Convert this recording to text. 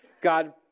God